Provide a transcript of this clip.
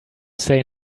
say